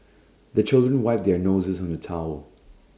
the children wipe their noses on the towel